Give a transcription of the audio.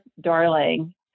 darling